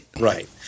Right